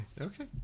Okay